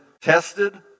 tested